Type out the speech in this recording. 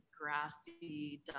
grassy